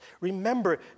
Remember